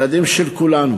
אלה ילדים של כולנו.